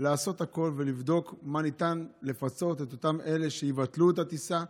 לעשות הכול ולבדוק מה ניתן לפצות את אותם אלה שיבטלו את הטיסה.